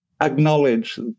acknowledge